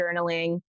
journaling